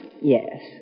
Yes